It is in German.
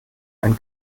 ein